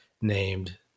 named